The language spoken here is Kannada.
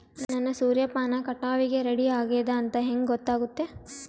ನನ್ನ ಸೂರ್ಯಪಾನ ಕಟಾವಿಗೆ ರೆಡಿ ಆಗೇದ ಅಂತ ಹೆಂಗ ಗೊತ್ತಾಗುತ್ತೆ?